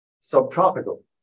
subtropical